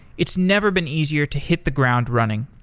it's never been easier to hit the ground running.